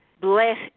Bless